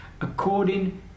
according